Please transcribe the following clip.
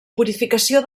purificació